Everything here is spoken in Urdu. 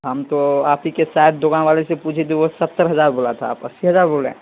ہم تو آپ ہی کے سائد دکان والے سے پوچھے تھے وہ ستّر ہزار بولا تھا آپ اسّی ہزار بول رہے ہیں